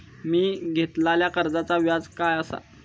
मी घेतलाल्या कर्जाचा व्याज काय आसा?